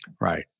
Right